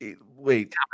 Wait